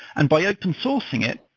and by open-sourcing it,